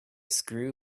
screw